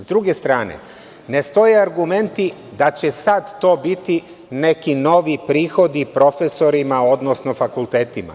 S druge strane, ne stoje argumenti da će sad to biti neki novi prihodi profesorima, odnosno fakultetima.